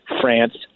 France